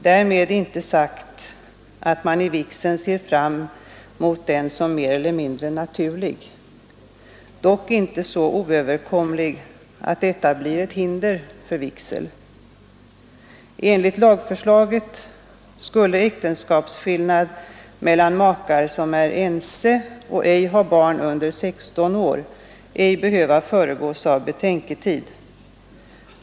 Därmed inte sagt att man i vigseln ser fram emot den som mer eller mindre naturlig. Den får dock inte vara så oöverkomlig att detta blir ett hinder för vigseln. Enligt lagförslaget skulle äktenskapsskillnad mellan makar som är ense och inte har barn under 16 år ej behöva föregås av betänketid.